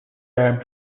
arm